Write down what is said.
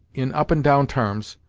in up and down tarms,